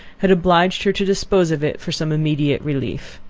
had obliged her to dispose of it for some immediate relief.